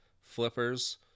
flippers